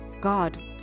God